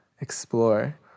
explore